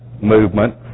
movement